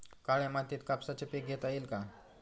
काळ्या मातीत कापसाचे पीक घेता येईल का?